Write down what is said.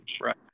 Right